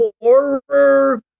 horror